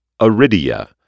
Aridia